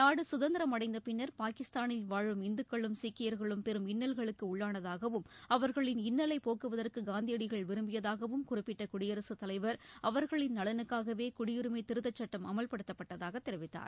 நாடு சுதந்திரம் அடைந்த பின்னர் பாகிஸ்தாளில் வாழும் இந்துக்களும் சீக்கியர்களும் பெரும் இன்னல்களுக்கு உள்ளானதாகவும் அவர்களின் இன்னலை போக்குவதற்கு காந்தியடிகள் விரும்பியதாகவும் குறிப்பிட்ட குடியரசுத் தலைவா் அவா்களின் நலனுக்காகவே குடியுரிமை திருத்தச் சுட்டம் அமல்படுத்தப்பட்டதாகத் தெரிவித்தார்